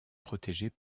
protégés